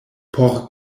por